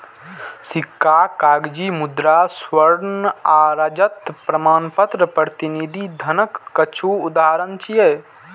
सिक्का, कागजी मुद्रा, स्वर्ण आ रजत प्रमाणपत्र प्रतिनिधि धनक किछु उदाहरण छियै